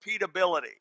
repeatability